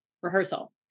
rehearsal